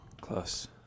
Close